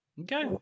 Okay